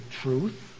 truth